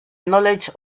knowledge